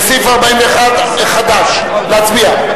לסעיף 41, חד"ש, להצביע?